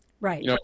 Right